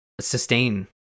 sustain